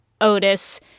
Otis